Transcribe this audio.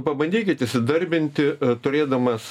pabandykit įsidarbinti turėdamas